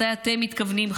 מתי אתם מתכוונים,